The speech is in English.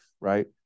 right